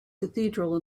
cathedral